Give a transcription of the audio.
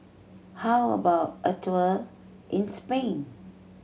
how about a tour in Spain